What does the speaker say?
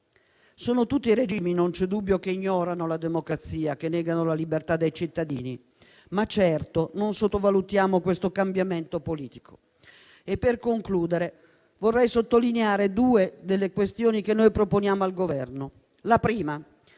Sono tutti regimi - non c'è dubbio - che ignorano la democrazia e negano la libertà dei cittadini, ma certamente non sottovalutiamo questo cambiamento politico. Per concludere, vorrei sottolineare due delle questioni che proponiamo al Governo.